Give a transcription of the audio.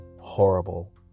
Horrible